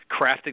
crafting